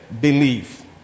Believe